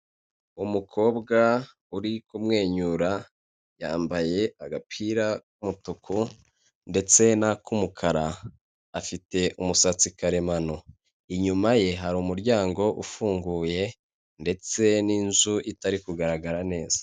Umukobwa uri kumwenyura, yambaye agapira k'umutuku ndetse n'ak'umukara. Afite umusatsi karemano. Inyuma ye hari umuryango ufunguye, ndetse n'inzu itari kugaragara neza.